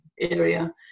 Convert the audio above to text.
area